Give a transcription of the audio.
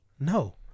No